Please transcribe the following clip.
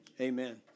amen